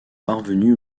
parvenues